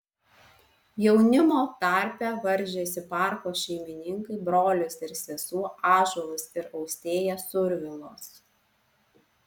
jaunimo tarpe varžėsi parko šeimininkai brolis ir sesuo ąžuolas ir austėja survilos